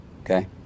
Okay